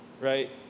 right